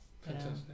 Fantastic